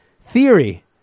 theory